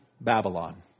Babylon